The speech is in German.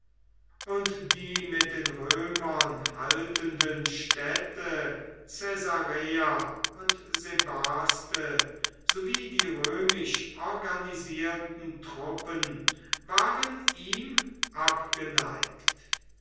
und die mit den römern haltenden städte caesarea und sebaste sowie die römisch organisierten truppen waren ihm abgeneigt